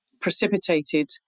precipitated